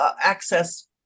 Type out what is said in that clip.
access